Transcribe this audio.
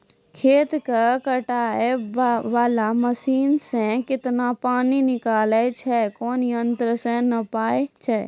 खेत कऽ पटाय वाला मसीन से केतना पानी निकलैय छै कोन यंत्र से नपाय छै